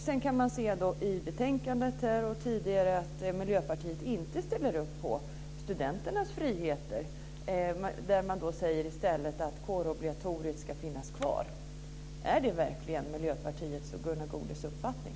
Sedan kan man då se i betänkandet och tidigare att Miljöpartiet inte ställer upp på studenternas friheter. Man säger i stället att kårobligatoriet ska finnas kvar. Är det verkligen Miljöpartiets och Gunnar Goudes uppfattning?